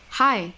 hi